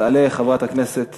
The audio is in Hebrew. תעלה חברת הכנסת